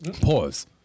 Pause